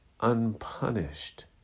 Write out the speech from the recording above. unpunished